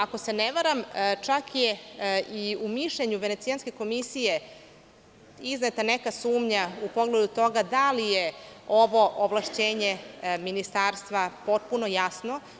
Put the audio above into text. Ako se ne varam, čak je i u mišljenju Venecijanske komisije izneta neka sumnja u pogledu toga da li je ovo ovlašćenje Ministarstva potpuno jasno.